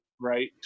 right